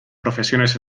profesiones